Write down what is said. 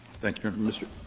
thank you, mr.